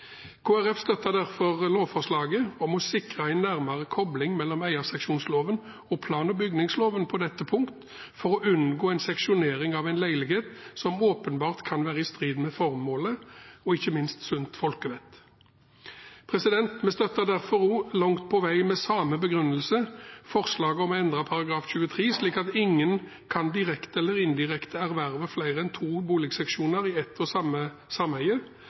støtter derfor lovforslaget om å sikre en nærmere kobling mellom eierseksjonsloven og plan- og bygningsloven på dette punktet, for å unngå en seksjonering av leiligheter som åpenbart kan være i strid med formålet og, ikke minst, sunt folkevett. Vi støtter derfor også, langt på vei med samme begrunnelse, forslaget om å endre § 23 slik at ingen kan direkte eller indirekte erverve flere enn to boligseksjoner i et og samme sameie.